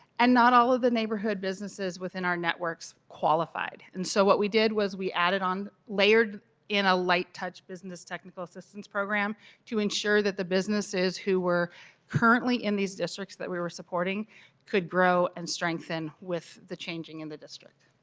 and not all of the neighborhood businesses within our networks qualified. and so what we did was we added on layered in a light touch business technical assistance program to ensure that the businesses who were currently in these districts that we were supporting could grow and strengthen with the changing in the district.